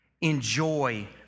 Enjoy